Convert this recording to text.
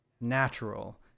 natural